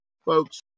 Folks